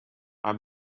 our